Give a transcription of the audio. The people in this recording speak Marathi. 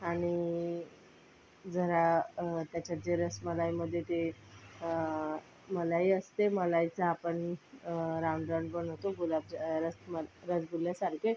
आणि जरा त्याच्यात जे रसमलाईमध्ये जे मलई असते मलईचं आपण राउंड राउंड बनवतो गुलाबजा रसम रसगुल्ल्यासारखे